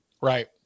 Right